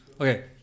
Okay